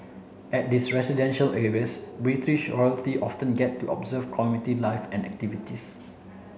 at these residential areas British royalty often get to observe community life and activities